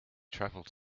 traveled